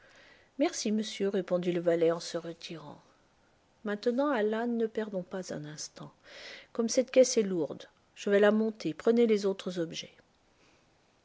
merci monsieur répondit le valet en se retirant maintenant alan ne perdons pas un instant comme cette caisse est lourde je vais la monter prenez les autres objets